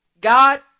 God